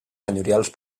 senyorials